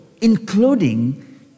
including